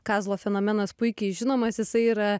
kazlo fenomenas puikiai žinomas jisai yra